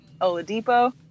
Oladipo